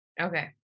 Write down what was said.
Okay